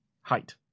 Height